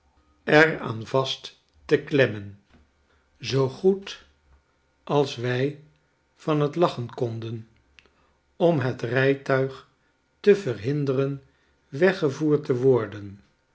er aan vast te klemmen zoo goed als wij van t lachen konden om het rijtuig te verhinderen weggevoerd te worden